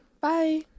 Bye